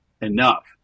enough